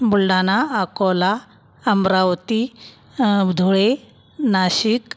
Buldhana Akola Amravati Dhule Nashik